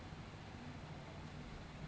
ইক ফুল থ্যাকে আরেকটয় গ্যালে যা ছব রেলুতে যায়